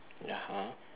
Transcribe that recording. y~ (uh huh)